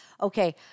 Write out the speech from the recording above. okay